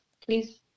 Please